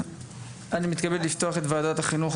אני מתכבד לפתוח את ועדת החינוך,